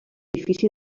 edifici